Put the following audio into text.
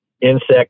insect